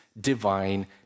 divine